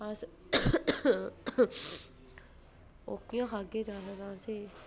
अस ओह्कियां खागे जैदा तां